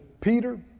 Peter